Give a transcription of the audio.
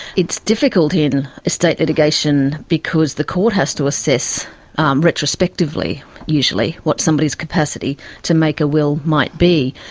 it's difficult in estate litigation because the court hast to assess retrospectively usually what somebody's capacity to make a will might be,